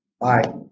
Bye